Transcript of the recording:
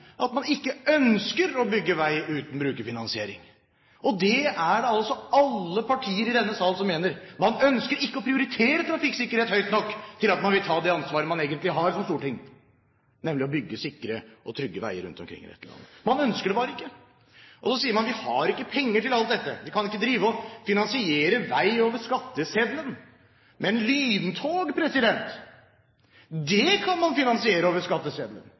at man ikke ønsker å bygge vei uten brukerfinansiering. Det er det altså alle partier i denne sal som mener. Man ønsker ikke å prioritere trafikksikkerhet høyt nok til at man vil ta det ansvaret man egentlig har som storting, nemlig å bygge sikre og trygge veier rundt omkring i dette landet. Man ønsker det bare ikke. Så sier man: Vi har ikke penger til alt dette. Vi kan ikke drive og finansiere vei over skatteseddelen. Men lyntog kan man finansiere over